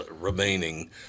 remaining